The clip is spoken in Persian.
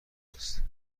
است